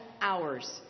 hours